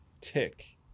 tick